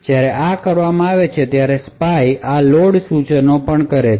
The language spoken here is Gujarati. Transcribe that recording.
જ્યારે આ કરવામાં આવે છે સ્પાય આ લોડ સૂચનો પણ કરે છે